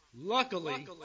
Luckily